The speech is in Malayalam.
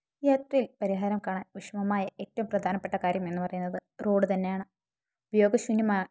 യാത്രയിൽ പരിഹാരം കാണാൻ വിഷമമായി ഏറ്റവും പ്രധാനപ്പെട്ട കാര്യം എന്നു പറയുന്നത് റോഡ് തന്നെയാണ് ഉപയോഗശൂന്യമായ